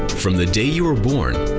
from the day you were born,